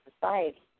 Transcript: society